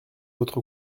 votre